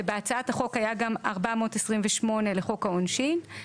ובהצעת החוק היה גם 428 לחוק העונשין.